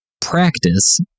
practice